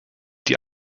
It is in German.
die